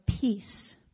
peace